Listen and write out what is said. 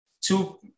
two